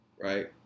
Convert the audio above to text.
Right